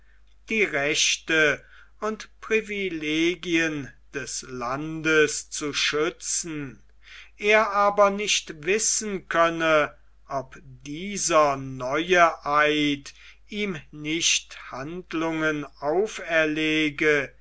die rechte und privilegien des landes zu schützen er aber nicht wissen könne ob dieser neue eid ihm nicht handlungen auferlege